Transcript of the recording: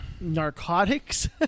narcotics